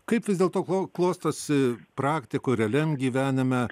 kaip vis dėlto klo klostosi praktikoj realiam gyvenime